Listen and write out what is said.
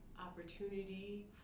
opportunity